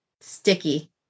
sticky